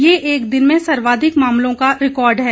यह एक दिन में सर्वाधिक मामलों का रिकॉर्ड है